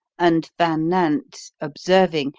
and van nant, observing,